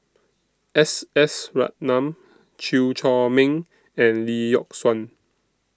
S S Ratnam Chew Chor Meng and Lee Yock Suan